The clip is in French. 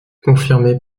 confirmer